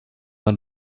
mal